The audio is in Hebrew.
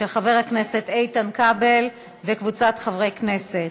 של חבר הכנסת איתן כבל וקבוצת חברי הכנסת.